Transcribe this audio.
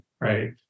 right